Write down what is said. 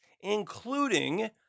including